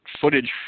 footage